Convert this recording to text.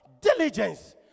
Diligence